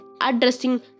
addressing